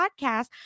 podcast